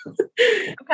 okay